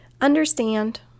understand